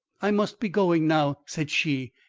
i must be going now, said she,